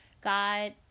God